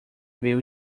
ver